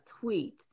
tweet